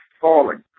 falling